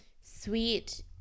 sweet